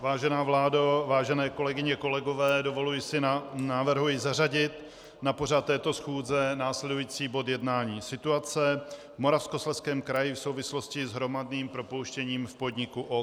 Vážená vládo, vážení kolegyně, kolegové, navrhuji zařadit na pořad této schůze následující bod jednání: Situace v Moravskoslezském kraji v souvislosti s hromadným propouštěním v podniku OKD.